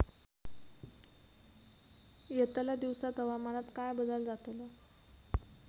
यतल्या दिवसात हवामानात काय बदल जातलो?